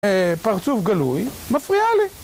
פרצוף גלוי, מפריע לי